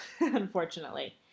unfortunately